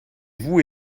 vous